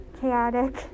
chaotic